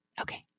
Okay